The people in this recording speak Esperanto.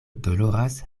doloras